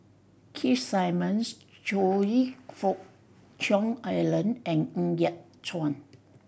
Keith Simmons Choe Fook Cheong Alan and Ng Yat Chuan